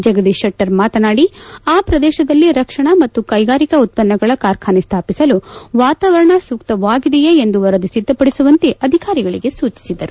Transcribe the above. ಜಗದೀತ್ ಶೆಟ್ಟರ್ ಮಾತನಾಡಿ ಆ ಪ್ರದೇಶದಲ್ಲಿ ರಕ್ಷಣಾ ಮತ್ತು ಕೈಗಾರಿಕಾ ಉತ್ಪನ್ನಗಳ ಕಾರ್ಖಾನೆ ಸ್ಥಾಪಿಸಲು ವಾತಾವರಣ ಸೂಕ್ತವಾಗಿದೆಯೇ ಎಂದು ವರದಿ ಸಿದ್ದಪಡಿಸುವಂತೆ ಅಧಿಕಾರಿಗಳಿಗೆ ಸೂಚಿಸಿದರು